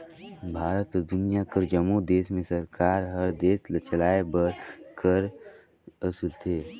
भारत अउ दुनियां कर जम्मो देस में सरकार हर देस चलाए बर कर वसूलथे